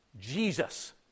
Jesus